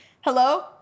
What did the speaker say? hello